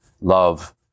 love